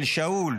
של שאול,